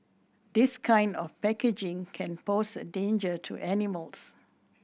this kind of packaging can pose a danger to animals